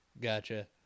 gotcha